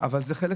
אבל זה חלק,